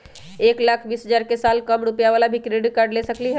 एक लाख बीस हजार के साल कम रुपयावाला भी क्रेडिट कार्ड ले सकली ह?